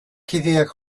kideak